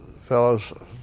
Fellows